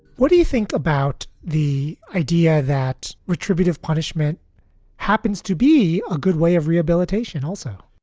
what do you think about the idea that retributive punishment happens to be a good way of rehabilitation? also,